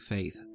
Faith